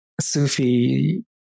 Sufi